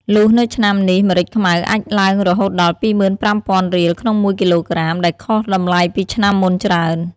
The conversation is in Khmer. លុះនៅឆ្នាំនេះម្រេចខ្មៅអាចឡើងរហូតដល់ ២៥០០០ រៀល ក្នុងមួយគីឡូក្រាម ដែលខុសតម្លៃពីឆ្នាំមុនច្រើន។